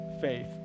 faith